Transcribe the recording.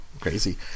crazy